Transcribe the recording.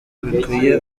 bikwiye